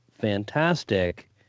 fantastic